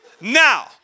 now